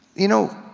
you know,